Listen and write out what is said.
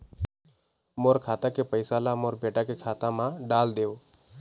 मोर खाता के पैसा ला मोर बेटा के खाता मा डाल देव?